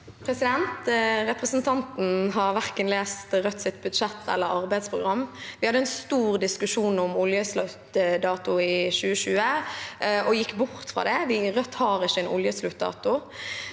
Representanten har ikke lest verken Rødts budsjett eller arbeidsprogram. Vi hadde en stor diskusjon om oljesluttdato i 2020 og gikk bort fra det. Vi i Rødt har ikke en oljesluttdato.